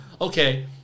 okay